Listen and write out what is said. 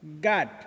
God